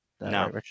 no